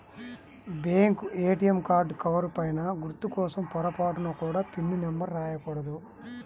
bank ATM card cover పైన గుర్తు కోసం పొరపాటున కూడా పిన్ నెంబర్ రాయకూడదు